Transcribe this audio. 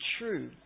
true